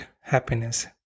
happiness